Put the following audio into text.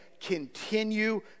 continue